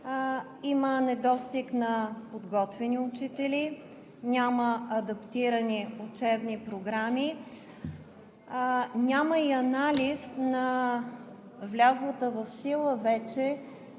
има недостиг на подготвени учители, няма адаптирани учебни програми, няма и анализ на влязлата в сила вече